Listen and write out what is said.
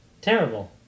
terrible